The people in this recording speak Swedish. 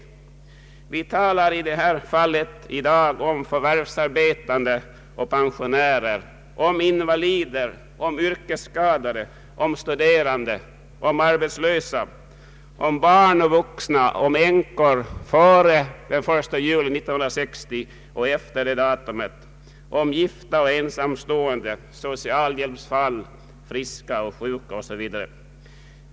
Man talar om förvärvsarbetande och pensionärer, om invalider och yrkesskadade, om studerande och arbetslösa, om barn och vuxna, om kvinnor som blivit änkor före eller efter den 1 juli 1960, om gifta och ensamstående, om socialhjälpsfall, friska och sjuka 0. s. v.